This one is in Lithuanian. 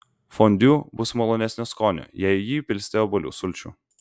fondiu bus malonesnio skonio jei į jį įpilsite obuolių sulčių